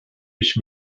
ich